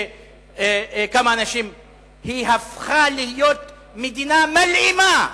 היא הפכה להיות מדינה מלאימה,